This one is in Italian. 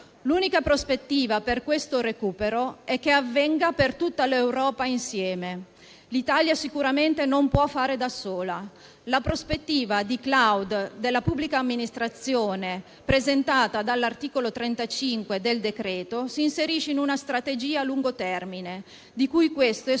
L'unica prospettiva per questo recupero è che avvenga per tutta l'Europa insieme. L'Italia sicuramente non può fare da sola. La prospettiva di *cloud* della pubblica amministrazione, presentata dall'articolo 35 del decreto-legge, si inserisce in una strategia a lungo termine, di cui questo è